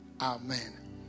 amen